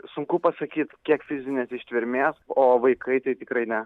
sunku pasakyt kiek fizinės ištvermės o vaikai tai tikrai ne